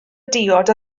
diod